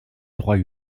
droits